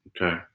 Okay